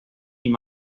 mano